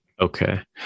Okay